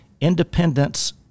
independence